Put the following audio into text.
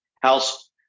house